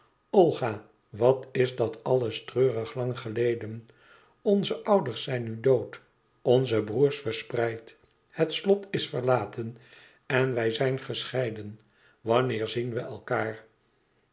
olga wat is dat alles treurig lang geleden onze ouders zijn nu dood onze broêrs verspreid het slot is verlaten en wij zijn gescheiden wanneer zien we elkaâr